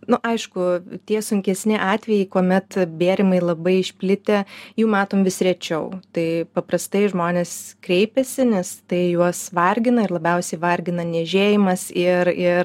nu aišku tie sunkesni atvejai kuomet bėrimai labai išplitę jų matom vis rečiau tai paprastai žmonės kreipiasi nes tai juos vargina ir labiausia vargina niežėjimas ir ir